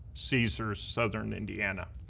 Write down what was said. caesars southern indiana.